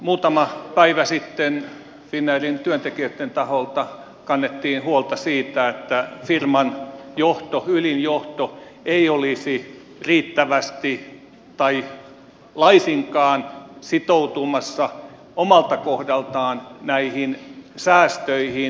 muutama päivä sitten finnairin työntekijöitten taholta kannettiin huolta siitä että firman ylin johto ei olisi riittävästi tai laisinkaan sitoutumassa omalta kohdaltaan näihin säästöihin